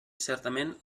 certament